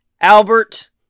Albert